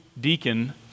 deacon